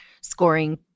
scoring